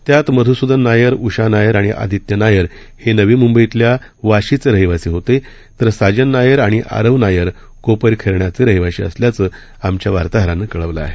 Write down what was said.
त्यात मधुसुदन नायर उषा नायर आणि अदित्य नायर हे नवी म्रंबईतल्या वाशीचे रहिवासी होते तर साजन नायर आणि आरव नायर कोपरखैरण्याचे रहिवाशी असल्याचं आमच्या वार्ताहरानं कळवलं आहे